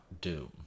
doom